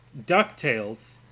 Ducktales